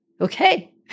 okay